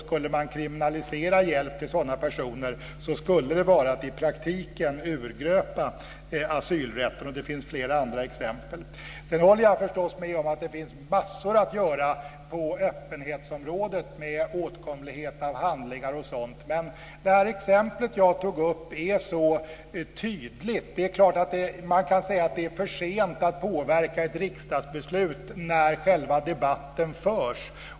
Skulle man kriminalisera hjälp till sådana personer skulle det vara att i praktiken urgröpa asylrätten. Det finns flera andra exempel. Sedan håller jag förstås med om att det finns massor att göra på öppenhetsområdet när det gäller åtkomlighet av handlingar och sådant. Men det exempel jag tog upp är så tydligt. Det är klart att man kan säga att det är för sent att påverka ett riksdagsbeslut när själva debatten förs.